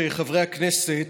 חברי הכנסת,